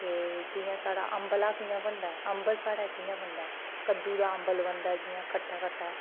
ते जियां साढ़ै अम्बल कि'यां बनदा ऐ अम्बल साढ़ै कि'यां बनदा ऐ कद्दू दा अम्बल बनदा जियां खट्टा खट्टा